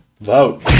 Vote